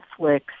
Netflix